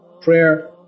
prayer